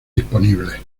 disponibles